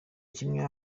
kimwe